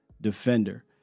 defender